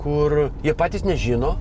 kur jie patys nežino